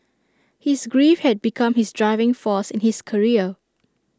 his grief had become his driving force in his career